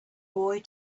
boy